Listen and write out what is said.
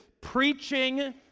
preaching